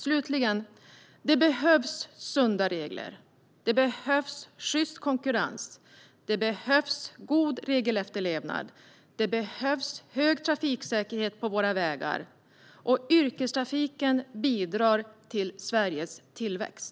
Slutligen: Det behövs sunda regler. Det behövs sjyst konkurrens, god regelefterlevnad och hög trafiksäkerhet på våra vägar. Yrkestrafiken bidrar till Sveriges tillväxt.